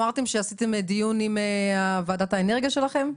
אמרתם שעשיתם דיון עם ועדת האנרגיה שלכם,